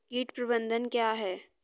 कीट प्रबंधन क्या है?